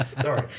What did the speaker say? Sorry